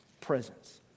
presence